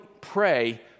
pray